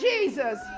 Jesus